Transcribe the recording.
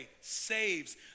saves